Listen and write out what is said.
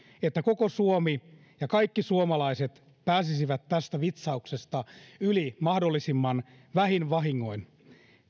että koko suomi ja kaikki suomalaiset pääsisivät tästä vitsauksesta yli mahdollisimman vähin vahingoin